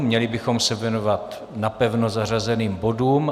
Měli bychom se věnovat napevno zařazeným bodům.